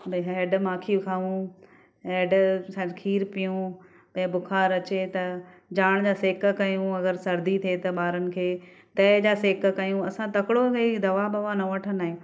भाई हैड माखी खाऊं हैड खाली खीरु पियूं ऐं बुखारु अचे त ॼाण जा सेक कयूं अगरि सरदी थे त ॿारनि खे तए जा सेक कयूं असां तकिड़ो वेही दवा ॿवा न वठंदा आहियूं